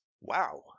Wow